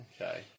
Okay